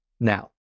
Now